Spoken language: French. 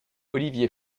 olivier